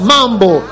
Mambo